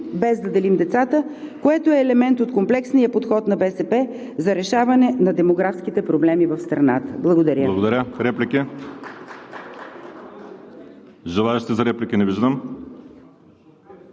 без да делим децата, което е елемент от комплексния подход на БСП за решаване на демографските проблеми в страната. Благодаря.